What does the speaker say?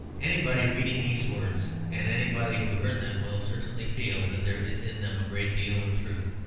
anybody reading these words, and anybody who heard them, will certainly feel that there is in them a great deal of truth,